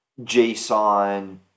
JSON